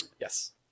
Yes